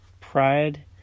pride